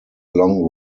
long